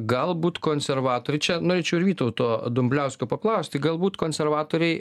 galbūt konservatoriai čia norėčiau ir vytauto dumbliausko paklausti galbūt konservatoriai